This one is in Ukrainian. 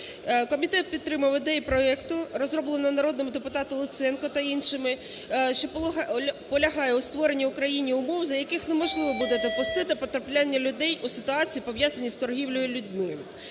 Комітет підтримав ідею проекту, розроблену народними депутатами Луценко та іншими, що полягає у створенні в Україні умов, за яких неможливо буде допустити потрапляння людей у ситуації, пов'язані з торгівлею людьми.